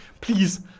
please